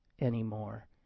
anymore